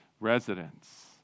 residents